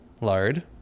lard